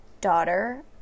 daughter